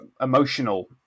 emotional